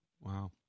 Wow